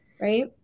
right